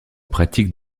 pratique